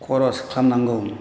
खरस खालामनांगौ